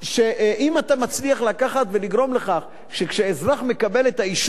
שאם אתה מצליח לקחת ולגרום לכך שכשאזרח מקבל את האישור,